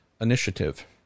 initiative